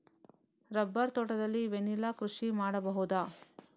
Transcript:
Rubber ತೋಟದಲ್ಲಿ vanilla ಕೃಷಿ ಮಾಡಬಹುದಾ?